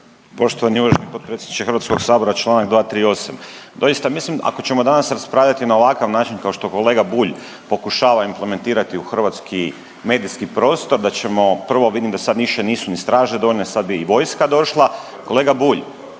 Poštovani uvaženi potpredsjedniče Hrvatskog sabora članak 238. Doista mislim ako ćemo danas raspravljati na ovakav način kao što kolega Bulj pokušava implementirati u hrvatski medijski prostor da ćemo, prvo vidim da sad više nisu ni straže dovoljne, sad bi i vojska došla. Kolega Bulj